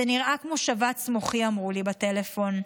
זה נראה כמו שבץ מוחי, אמרו לי בטלפון.